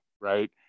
right